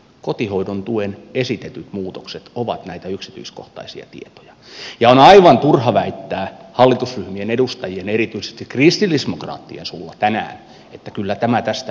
kotihoidon tuen esitetyt muutokset ovat näitä yksityiskohtaisia tietoja ja on aivan turha väittää hallitusryhmien edustajien erityisesti kristillisdemokraattien suulla tänään että kyllä tämä tästä vielä jalostuu